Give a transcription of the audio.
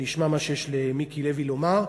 אני אשמע מה שיש למיקי לוי לומר,